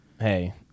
hey